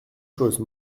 choses